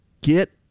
Get